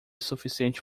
suficiente